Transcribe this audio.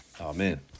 Amen